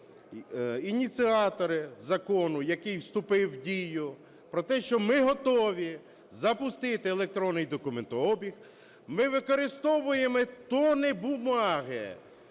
ініціатори закону, який вступи в дію, про те, що ми готові запустити електронний документообіг, ми використовуємо тонни